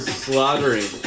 slaughtering